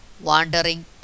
Wandering